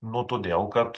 nu todėl kad